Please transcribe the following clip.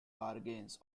bargains